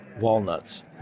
walnuts